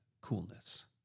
coolness